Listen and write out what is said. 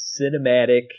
cinematic